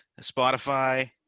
Spotify